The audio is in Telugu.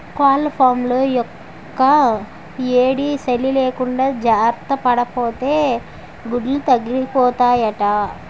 కోళ్లఫాంలో యెక్కుయేడీ, సలీ లేకుండా జార్తపడాపోతే గుడ్లు తగ్గిపోతాయట